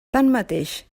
tanmateix